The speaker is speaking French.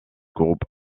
groupe